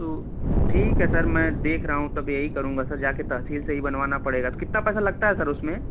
तो ठीक है सर मैं देख रहा हूँ तब यही करूँगा सर जाके तहसील से ही बनवाना पड़ेगा तो कितना पैसा लगता है सर उसमें